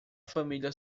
família